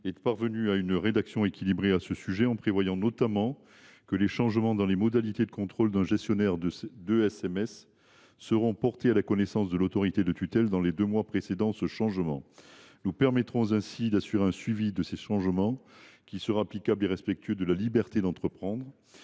est parvenue à une rédaction équilibrée à ce sujet, en prévoyant notamment que les changements dans les modalités de contrôle d’un gestionnaire d’ESSMS seront portés à la connaissance de l’autorité de tutelle dans les deux mois précédant ce changement. Nous assurerons ainsi un suivi de ces changements, tout en respectant la liberté d’entreprendre.